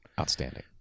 Outstanding